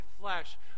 flesh